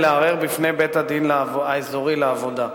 אפשר לערער בפני בית-הדין האזורי לעבודה.